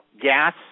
gas